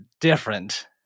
different